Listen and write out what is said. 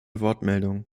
wortmeldung